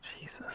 Jesus